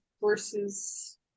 versus